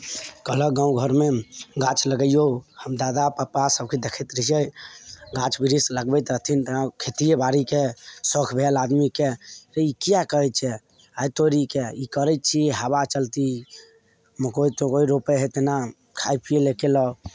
कहलहुँ गाँव घरमे गाछ लगैयौ हम दादा पापा सबके देखैत रहिए गाछ बृक्ष लगबैत रहथिन तेना ओ खेतिए बाड़ीके शौख भेल आदमीके जे ई किआ करैत छै आयँ तोरीके ई करैत छियै हबा चलती मकै तकै रोपैत हय जेना खाय पिए लऽ कयलक